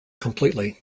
completely